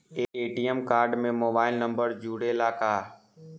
ATM card में mobile number जुरेला का?